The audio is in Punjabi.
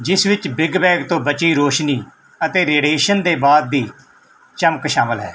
ਜਿਸ ਵਿੱਚ ਬਿਗ ਬੈਗ ਤੋਂ ਬਚੀ ਰੋਸ਼ਨੀ ਅਤੇ ਰੇਡੀਏਸ਼ਨ ਦੇ ਬਾਅਦ ਦੀ ਚਮਕ ਸ਼ਾਮਲ ਹੈ